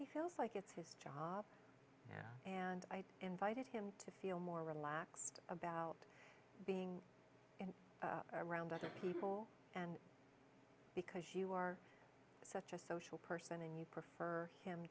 he feels like it's his job and i invited him to feel more relaxed about being in around people and because you are such a social person and you prefer him